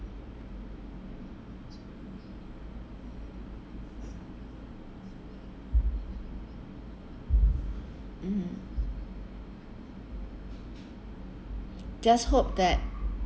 mm just hope that